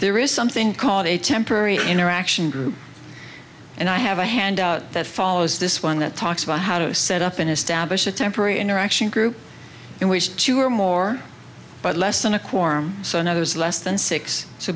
there is something called a temporary interaction group and i have a handout that follows this one that talks about how to set up and establish a temporary interaction group in which two or more but less than a quorum so now there's less than six so